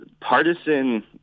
partisan